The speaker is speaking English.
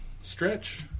Stretch